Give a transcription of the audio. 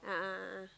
a'ah a'ah